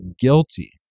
guilty